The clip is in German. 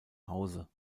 hause